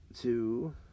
two